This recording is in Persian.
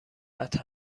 قطع